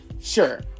Sure